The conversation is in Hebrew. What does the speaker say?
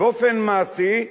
באופן מעשי,